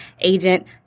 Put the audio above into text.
agent